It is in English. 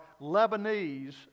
Lebanese